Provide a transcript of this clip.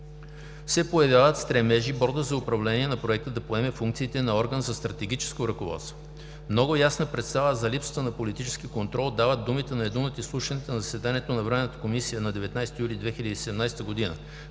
се появяват стремежи Борда за управление на проекта да поеме функциите на орган за стратегическо ръководство. Много ясна представа за липсата на политически контрол дават думите на един от изслушаните на заседанието на Временната комисия на 19 юли